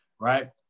right